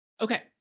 Okay